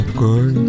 good